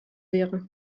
wäre